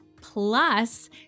Plus